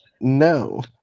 No